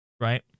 right